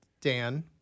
Dan